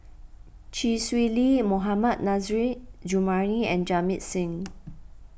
Chee Swee Lee Mohammad Nurrasyid Juraimi and Jamit Singh